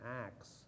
acts